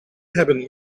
hebben